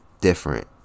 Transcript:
different